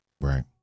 Right